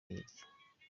hirya